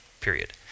Period